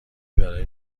برای